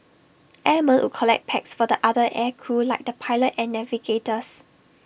airmen would collect packs for the other air crew like the pilot and navigators